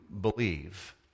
believe